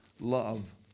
love